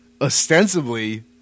ostensibly